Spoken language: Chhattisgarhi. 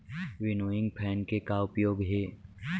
विनोइंग फैन के का उपयोग हे?